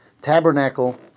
tabernacle